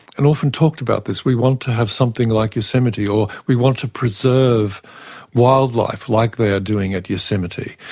and often talked about this we want to have something like yosemite, or we want to preserve wildlife like they are doing at yosemite.